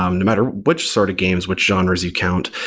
um no matter which sort of games, which genres you count,